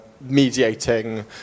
mediating